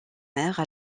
mère